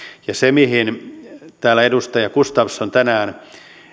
ja se minkä täällä edustaja gustafsson tänään